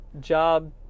job